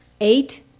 eight